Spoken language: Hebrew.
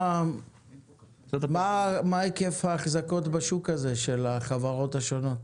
מה היקף האחזקות בשוק הזה של החברות השונות?